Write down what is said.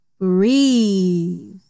Breathe